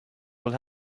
will